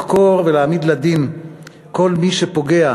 לחקור ולהעמיד לדין כל מי שפוגע,